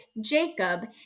Jacob